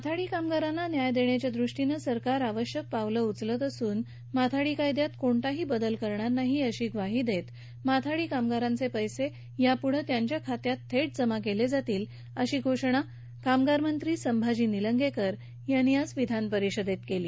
माथाडी कामगारांना न्याय देण्याच्या दृष्टीनं सरकार आवश्यक पावलं उचलत असून माथाडी कायद्यात कोणताही बदल करणार नाही अशी ग्वाही देत माथाडी कामगारांचे पैसे यापुढे त्यांच्या खात्यात थेट जमा केले जातील अशी घोषणा कामगार मंत्री संभाजी निलंगेकर यांनी आज विधानपरिषदेत केली